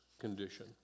condition